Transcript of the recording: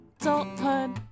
Adulthood